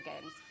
Games